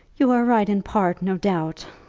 you are right in part, no doubt.